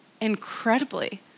incredibly